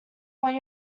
want